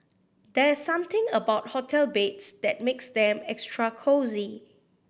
there's something about hotel beds that makes them extra cosy